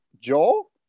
Joel